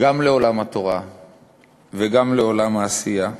גם לעולם התורה וגם לעולם העשייה.